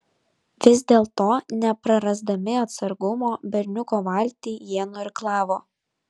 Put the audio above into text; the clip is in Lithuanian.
vis dėlto neprarasdami atsargumo berniuko valtį jie nuirklavo